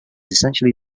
essentially